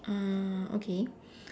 ah okay